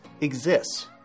exists